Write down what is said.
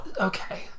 Okay